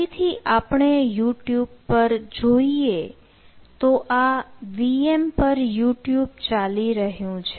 ફરીથી આપણે youtube પર જોઈએ તો આ VM પર youtube ચાલી રહ્યું છે